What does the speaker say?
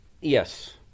Yes